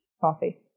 Coffee